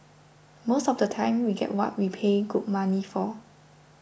most of the time we get what we pay good money for